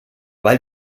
weil